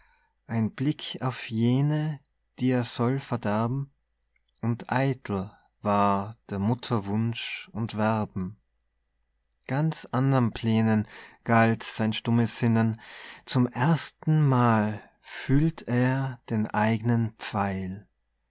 ein blick auf jene die er soll verderben und eitel war der mutter wunsch und werben ganz andern plänen galt sein stummes sinnen zum ersten mal fühlt er den eignen pfeil